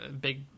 big